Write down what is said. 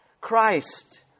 Christ